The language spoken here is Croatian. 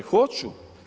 Hoću.